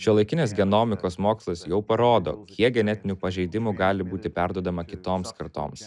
šiuolaikinės genomikos mokslas jau parodo kiek genetinių pažeidimų gali būti perduodama kitoms kartoms